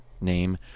name